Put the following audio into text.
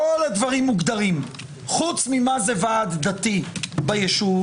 כל הדברים מוגדרים חוץ ממה זה ועד דתי ביישוב.